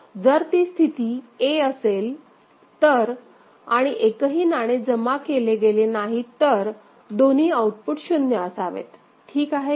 जर ती स्थिती a असेल तर आणि एकही नाणे जमा केले गेले नाही तर दोन्ही आउटपुट 0 असावेत ठीक आहे का